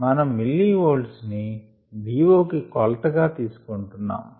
మనం millivolts ని DO కి కొలత గా తీసుకొంటున్నాము